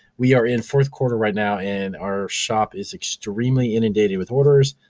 we are in fourth quarter right now and our shop is extremely inundated with orders.